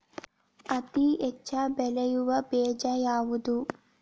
ಹತ್ತಿ ಹೆಚ್ಚ ಬೆಳೆಯುವ ಬೇಜ ಯಾವುದು?